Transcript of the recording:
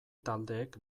taldeek